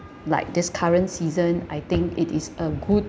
like this current season I think it is a good